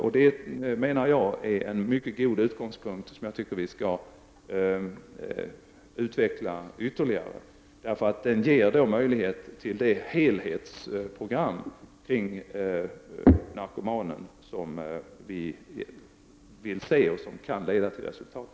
Jag menar att detta är en mycket god utgångspunkt som vi skall utveckla ytterligare. Detta ger nämligen möjlighet till det helhetsprogram kring narkomanen som vi vill se och som kan leda till resultat.